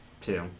Two